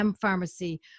Pharmacy